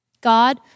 God